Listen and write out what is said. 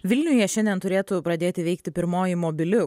vilniuje šiandien turėtų pradėti veikti pirmoji mobili